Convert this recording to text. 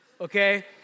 okay